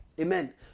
Amen